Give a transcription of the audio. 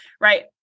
right